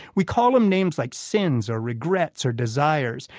we call them names like sins, or regrets, or desires.